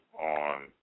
on